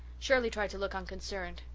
shirley tried to look unconcerned.